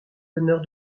l’honneur